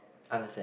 understand